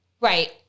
Right